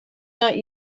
not